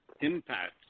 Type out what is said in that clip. impact